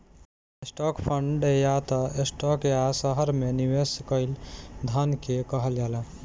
stock fund या त stock या शहर में निवेश कईल धन के कहल जाला